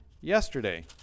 Yesterday